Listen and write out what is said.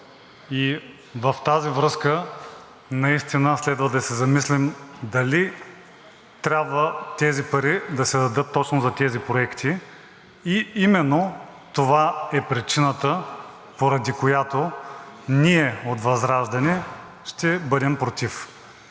В тази връзка наистина следва да се замислим дали тези пари трябва да се дадат точно за тези проекти. Именно това е причината, поради която ние от ВЪЗРАЖДАНЕ да бъдем против.